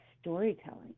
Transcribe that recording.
storytelling